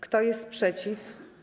Kto jest przeciw?